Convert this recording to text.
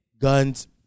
guns